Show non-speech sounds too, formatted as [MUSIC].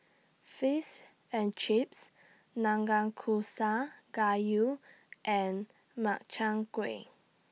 Fish and Chips [UNINTELLIGIBLE] Gayu and Makchang Gui